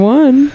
one